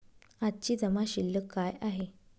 आजची जमा शिल्लक काय आहे?